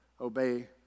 obey